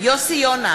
יוסי יונה,